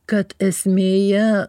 kad esmėje